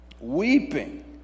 weeping